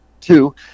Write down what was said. Two